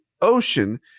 ocean